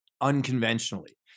unconventionally